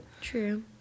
true